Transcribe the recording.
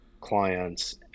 clients